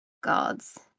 gods